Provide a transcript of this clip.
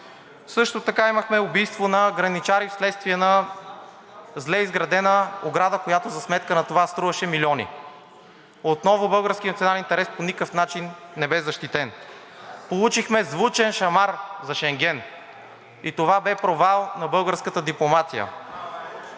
Същото така имахме убийство на граничари вследствие на зле изградена ограда, която за сметка на това струваше милиони. Отново българският национален интерес по никакъв начин не бе защитен. Получихме звучен шамар за Шенген, и това бе провал на българската дипломация.